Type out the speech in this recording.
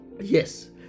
Yes